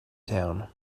town